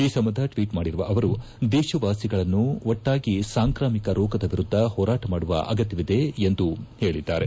ಈ ಸಂಬಂಧ ಟ್ವೀಟ್ ಮಾಡಿರುವ ಅವರು ದೇಶವಾಸಿಗಳನ್ನು ಒಟ್ಟಾಗಿ ಸಾಂಕ್ರಾಮಿಕ ರೋಗದ ವಿರುದ್ಧ ಹೋರಾಟ ಮಾಡುವ ಅಗತ್ಯವಿದೆ ಎಂದು ಹೇಳಿದ್ದಾರೆ